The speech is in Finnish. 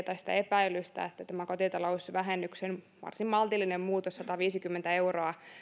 tästä epäilystä että kotitalousvähennyksen varsin maltillinen muutos sataviisikymmentä euroa